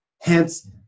Hence